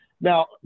Now